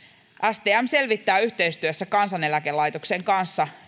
stm selvittää yhteistyössä kansaneläkelaitoksen kanssa